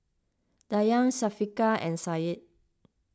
Dayang Syafiqah and Syed